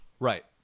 Right